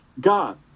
God